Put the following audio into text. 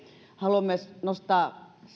haluan myös nostaa